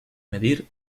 medir